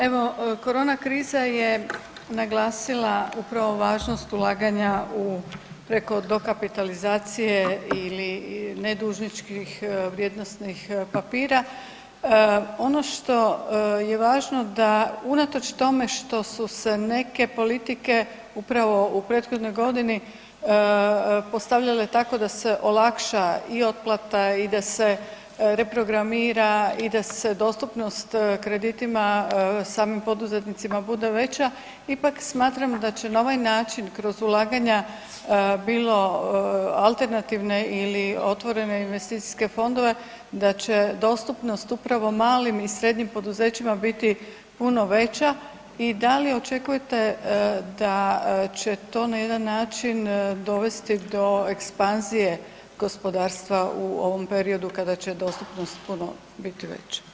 Evo korona kriza je naglasila upravo važnost ulaganja u preko dokapitalizacije ili ne dužničkih vrijednosnih papira, ono što je važno da unatoč tome što su neke politike upravo u prethodnoj godini postavljale tako da se olakša i otplata i da se reprogramira i da se dostupnost kreditima samim poduzetnicima bude veća, ipak smatram da će na ovaj način kroz ulaganja bilo alternativne ili otvorene investicijske fondove da će dostupnost upravo malim i srednjim poduzećima biti puno veća i da li očekujete da će to na jedan način dovesti do ekspanzije gospodarstva u ovom periodu kada će dostupnost puno biti veća?